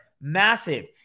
massive